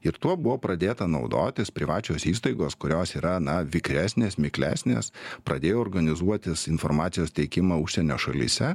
ir tuo buvo pradėta naudotis privačios įstaigos kurios yra na vikresnės miklesnės pradėjo organizuotis informacijos teikimą užsienio šalyse